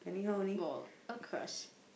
ball across